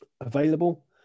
available